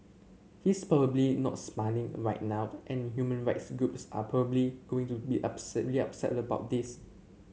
he's probably not smiling right now and human rights groups are probably going to be upset really upset about this